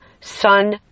sun